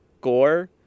gore